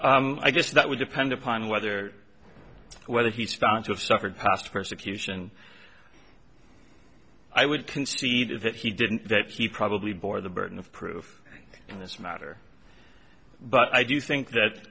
proof i guess that would depend upon whether whether he's found to have suffered past persecution i would concede that he didn't that he probably bore the burden of proof in this matter but i do think that